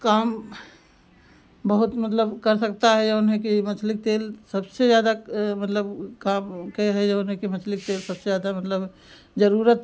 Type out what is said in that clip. काम बहुत मतलब कर सकता है जऊन है कि मछली के तेल सबसे ज़्यादा मतलब ऊ काम ओके है जऊन है कि मछली के तेल सबसे ज़्यादा मतलब ज़रूरत